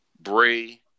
Bray